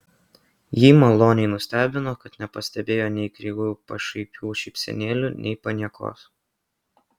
jį maloniai nustebino kad nepastebėjo nei kreivų pašaipių šypsenėlių nei paniekos